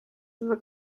teda